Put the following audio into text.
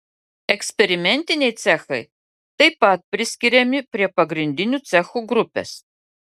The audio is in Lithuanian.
eksperimentiniai cechai taip pat priskiriami prie pagrindinių cechų grupės